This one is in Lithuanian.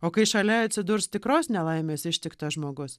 o kai šalia atsidurs tikros nelaimės ištiktas žmogus